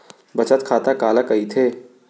बचत खाता काला कहिथे?